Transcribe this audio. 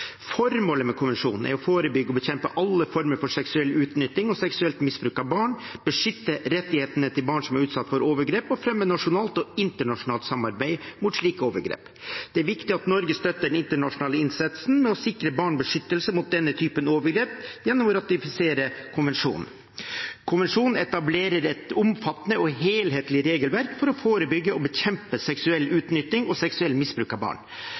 Formålet med konvensjonen er å forebygge og bekjempe alle former for seksuell utnytting og seksuelt misbruk av barn, beskytte rettighetene til barn som er utsatt for overgrep, og fremme nasjonalt og internasjonalt samarbeid mot slike overgrep. Det er viktig at Norge støtter den internasjonale innsatsen for å sikre barn beskyttelse mot denne typen overgrep, gjennom å ratifisere konvensjonen. Konvensjonen etablerer et omfattende og helhetlig regelverk for å forebygge og bekjempe seksuell utnytting og seksuelt misbruk av barn.